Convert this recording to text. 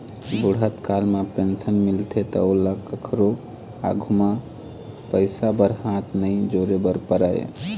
बूढ़त काल म पेंशन मिलथे त ओला कखरो आघु म पइसा बर हाथ नइ जोरे बर परय